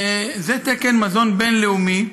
זה תקן מזון בין-לאומי.